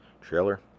trailer